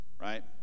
Right